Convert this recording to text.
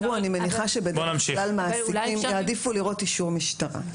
אני מניחה שבדרך-כלל מעסיקים יעדיפו לראות אישור משטרה.